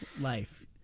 life